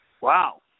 Wow